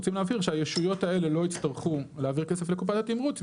רוצים להבהיר שהישויות האלה לא יצטרכו להעביר כסף לקופת התמרוץ.